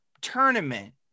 tournament